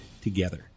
together